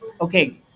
okay